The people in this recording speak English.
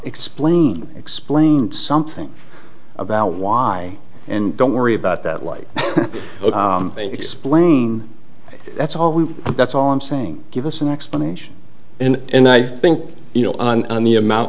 explain explain something about why and don't worry about that like explain that's all we that's all i'm saying give us an explanation and i think you know the amount